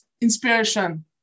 inspiration